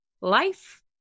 life